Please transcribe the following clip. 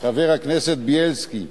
חבר הכנסת בילסקי.